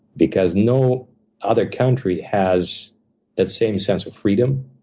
because no other country has that same sense of freedom,